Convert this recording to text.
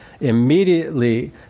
Immediately